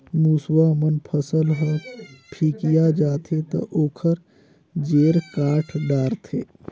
मूसवा मन फसल ह फिकिया जाथे त ओखर जेर काट डारथे